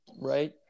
right